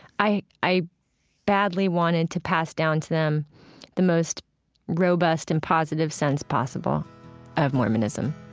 i i badly wanted to pass down to them the most robust and positive sense possible of mormonism.